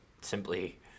simply